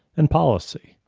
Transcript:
and policy.